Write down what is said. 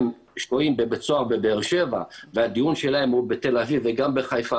הם בבית סוהר בבאר שבע והדיון שלהם הוא בתל אביב וגם בחיפה,